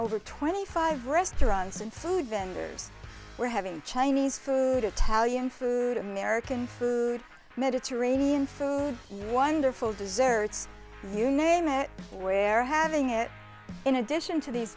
over twenty five restaurants and food vendors we're having chinese food italian food american food mediterranean food wonderful desserts you name it where having it in addition to these